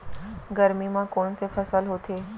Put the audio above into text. गरमी मा कोन से फसल होथे?